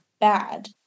bad